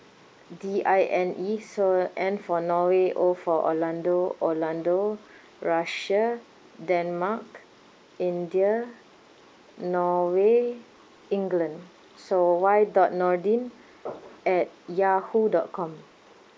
D_I_N_E so N for norway O for orlando orlando russia denmark india norway england so Y dot noordine at yahoo dot com